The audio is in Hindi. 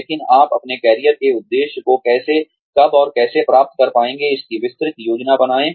लेकिन आप अपने कैरियर के उद्देश्य को कैसे कब और कैसे प्राप्त कर पाएंगे इसकी विस्तृत योजना बनाएं